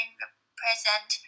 represent